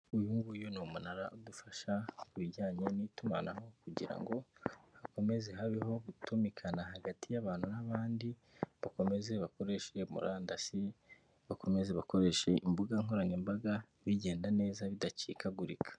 Uyu nguyu ni umunara udufasha ku bijyanye n'itumanaho kugira ngo hakomeze habeho gutumikana hagati y'abantu n'abandi bakomeze bakoreshe murandasi, bakomeze bakoreshe imbuga nkoranyambaga bigenda neza bidacikagurika.